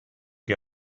que